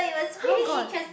[huh] got